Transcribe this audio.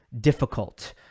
difficult